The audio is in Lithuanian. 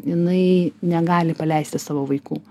jinai negali paleisti savo vaikų